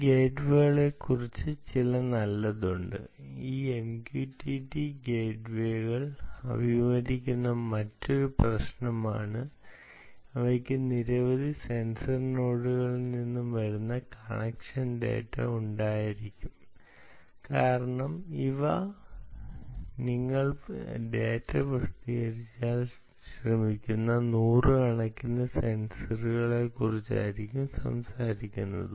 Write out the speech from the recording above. ഈ ഗേറ്റ്വേകളെക്കുറിച്ച് നല്ല ചിലത് ഉണ്ട് ഈ MQTT S ഗേറ്റ്വേകൾ അഭിമുഖീകരിക്കുന്ന മറ്റൊരു പ്രശ്നമാണ് അവയ്ക്ക് നിരവധി സെൻസർ നോഡുകളിൽ നിന്നും വരുന്ന കണക്ഷൻ ഡാറ്റ ഉണ്ടായിരിക്കും കാരണം ഇപ്പോൾ നിങ്ങൾ ഡാറ്റ പ്രസിദ്ധീകരിക്കാൻ ശ്രമിക്കുന്ന നൂറുകണക്കിന് സെൻസറുകളെക്കുറിച്ചാണ് സംസാരിക്കുന്നത്